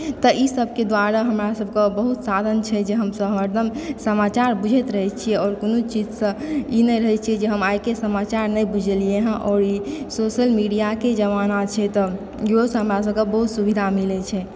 तऽ ई सबके द्वारा हमरा सबके बहुत साधन छै जे हमसब हरदम समाचार बुझैत रहै छियै आओर कोनो चीज सॅं इ नहि रहै छियै जे हम आइ के समाचार नहि बुझलियै हँ आओर सोशल मीडिया के जमाना छै तऽ इहो सं हमरा सबके बहुत सुविधा मिलै छै